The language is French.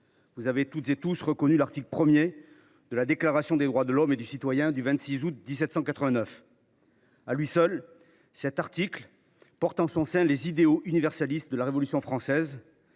vous aurez tous reconnu l’article I de la Déclaration des droits de l’homme et du citoyen du 26 août 1789. À lui seul, cet article porte tous les idéaux universalistes de la Révolution française.